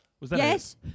Yes